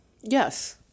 Yes